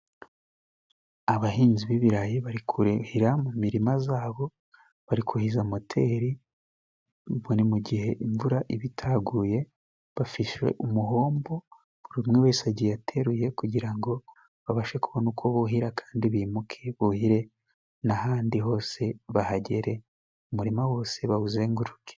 Abahinzi b'ibirayi bari kuhira mu mirima yabo, bari kuhiza moteri ubwo ni mu gihe imvura iba itaguye, bafashe umuhombo buri umwe wese agiye ateruye kugira ngo babashe kubona uko buhira, kandi bimuke buhire n'ahandi hose bahagere, umurima wose bawuzenguruke.